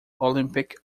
olympic